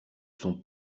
son